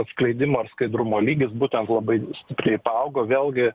atskleidimo ir skaidrumo lygis būtent labai stipriai paaugo vėlgi